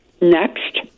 Next